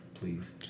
Please